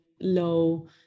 low